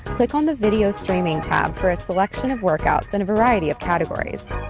click on the video streaming tab for a selection of workouts in a variety of categories